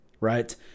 right